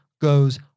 goes